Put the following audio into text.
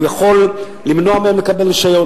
הוא יכול למנוע מהם לקבל רשיון,